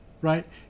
right